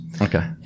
Okay